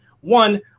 one